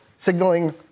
signaling